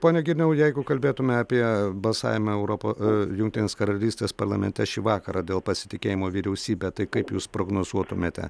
pone girniau jeigu kalbėtume apie balsavimą europa jungtinės karalystės parlamente šį vakarą dėl pasitikėjimo vyriausybe tai kaip jūs prognozuotumėte